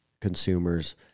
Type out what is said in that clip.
consumers